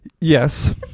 Yes